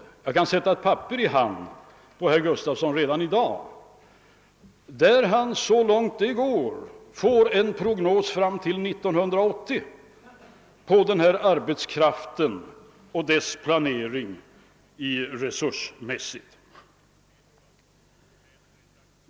Jag kan redan i dag sätta ett papper i handen på herr Gustafson där han kan finna en så detaljerad prognos av arbetskraftsresurserna och deras planering fram till 1980 som kan åstadkommas.